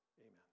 Amen